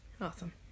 Awesome